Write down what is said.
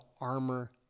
armor